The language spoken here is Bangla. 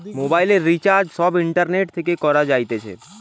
মোবাইলের রিচার্জ সব ইন্টারনেট থেকে করা যাইতেছে